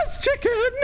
chicken